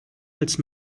als